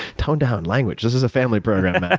tone down. language! this is a family program, matt.